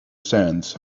sands